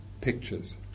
pictures